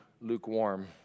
lukewarm